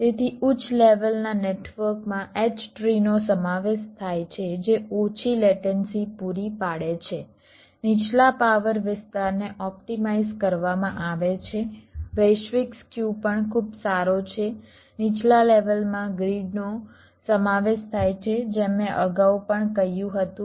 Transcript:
તેથી ઉચ્ચ લેવલના નેટવર્કમાં H ટ્રી નો સમાવેશ થાય છે જે ઓછી લેટન્સી પૂરી પાડે છે નીચલા પાવર વિસ્તારને ઓપ્ટિમાઇઝ કરવામાં આવે છે વૈશ્વિક સ્ક્યુ પણ ખૂબ સારો છે નીચલા લેવલમાં ગ્રીડનો સમાવેશ થાય છે જેમ મેં અગાઉ પણ કહ્યું હતું